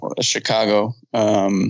Chicago